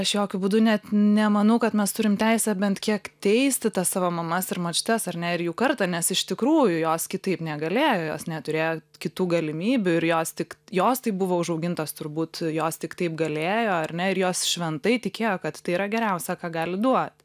aš jokiu būdu net nemanau kad mes turim teisę bent kiek teisti tas savo mamas ir močiutes ar ne ir jų kartą nes iš tikrųjų jos kitaip negalėjo jos neturėjo kitų galimybių ir jos tik jos taip buvo užaugintos turbūt jos tik taip galėjo ar ne ir jos šventai tikėjo kad tai yra geriausia ką gali duot